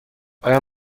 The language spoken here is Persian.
آیا